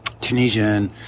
Tunisian